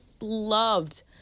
loved